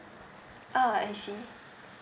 ah I see